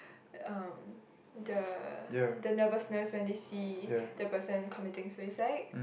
the um the the nervousness when they see the person committing suicide